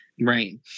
Right